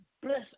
Bless